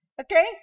Okay